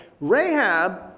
Rahab